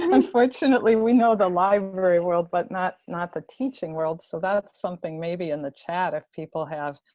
and unfortunately, we know the library world but not not the teaching world. so that's something, maybe in the chat if people have,